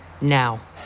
Now